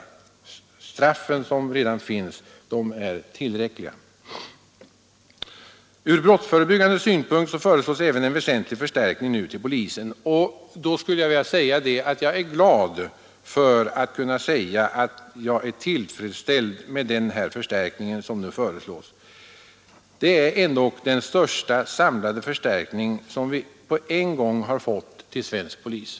De straffbestämmelser som redan finns anses tillräckliga. Åtgärder mot Ur brottsförebyggande synpunkt föreslås även en väsentlig förstärkbrottsligheten m.m. ning till polisen. Jag kan säga att jag är tillfredsställd med den förstärkning som nu föreslås. Det är den största samlade förstärkning som vi på en gång har fått till svensk polis.